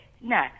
No